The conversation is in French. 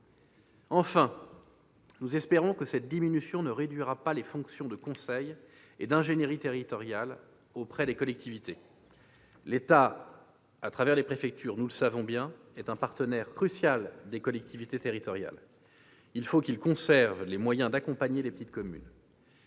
Enfin, nous espérons que cette diminution ne réduira pas les fonctions de conseil et d'ingénierie territoriale auprès des collectivités. L'État, au travers des préfectures, nous le savons bien, est un partenaire crucial des collectivités territoriales. Il faut qu'il conserve les moyens d'accompagner les petites communes.